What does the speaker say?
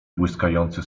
błyskający